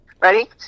Ready